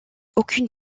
aucune